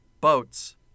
Boats